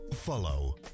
follow